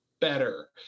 better